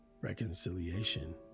reconciliation